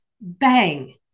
bang